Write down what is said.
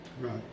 Right